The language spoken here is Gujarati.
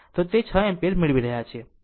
તો 6 એમ્પીયર મેળવી રહ્યા છીએ